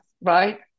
right